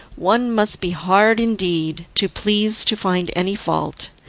one must be hard indeed to please to find any fault.